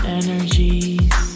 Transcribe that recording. energies